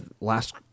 last